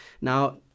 Now